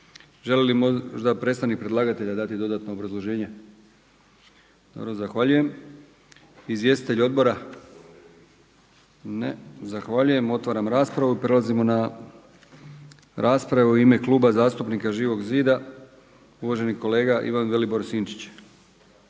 Želi li možda predstavnik predlagatelje dati dodatno obrazloženje? Dobro, zahvaljujem. Izvjestitelji odbora? Ne, zahvaljujem. Otvaram raspravu i prelazimo na rasprave u ime Kluba zastupnika Živog zida uvaženi kolega Ivan Vilibor Sinčić.